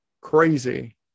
crazy